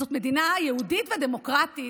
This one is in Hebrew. וזאת מדינה יהודית ודמוקרטית,